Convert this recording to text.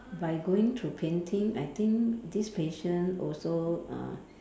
by going through painting I think this patient also uh